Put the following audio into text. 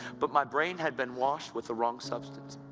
but my brain had been washed with the wrong substance.